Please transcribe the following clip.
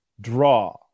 draw